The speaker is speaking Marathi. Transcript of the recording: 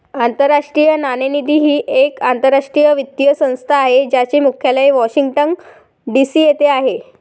आंतरराष्ट्रीय नाणेनिधी ही एक आंतरराष्ट्रीय वित्तीय संस्था आहे ज्याचे मुख्यालय वॉशिंग्टन डी.सी येथे आहे